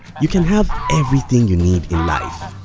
you can have everything you need in life,